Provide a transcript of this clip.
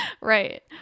right